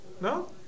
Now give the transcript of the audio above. No